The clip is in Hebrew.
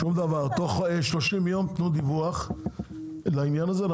תנו דיווח תוך חודש בעניין הזה,